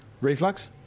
Reflux